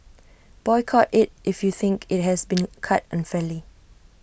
boycott IT if you think IT has been cut unfairly